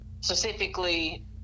specifically